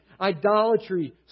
idolatry